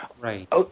Right